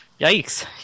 Yikes